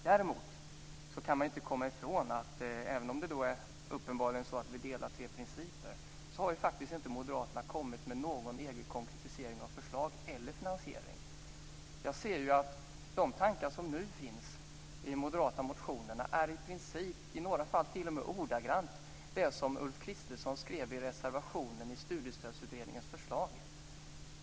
Däremot kan man inte komma ifrån att även om vi uppenbarligen delar tre principer, har moderaterna faktiskt inte kommit med någon egen konkretisering av förslag eller finansiering. Jag ser att de tankar som nu finns i de moderata motionerna i princip - i några fall t.o.m. ordagrant - är det som Ulf Kristersson skrev i sin 16 sidor långa reservation i Studiestödsutredningens förslag.